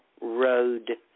road